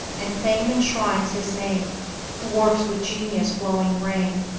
and fame enshrines his name who works with genius-glowing brain